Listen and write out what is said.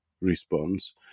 response